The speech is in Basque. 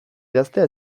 idaztea